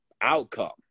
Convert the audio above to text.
outcome